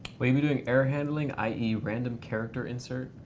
will you be doing error handling, i e. random character insert?